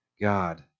God